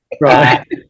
right